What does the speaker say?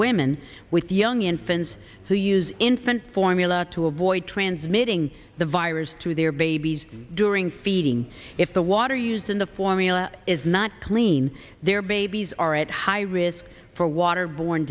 women with young infants who use infant formula to avoid transmitting the virus to their babies during feeding if the water used in the formula is not clean their babies are at high risk for water borne